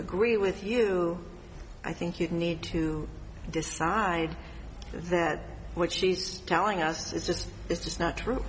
agree with you i think you need to decide that what she's telling us is just it's just not true